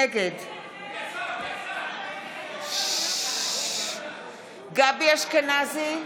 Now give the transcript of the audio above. נגד גבי אשכנזי,